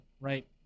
right